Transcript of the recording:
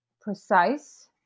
precise